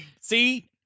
see